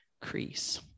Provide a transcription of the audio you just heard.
crease